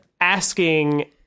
asking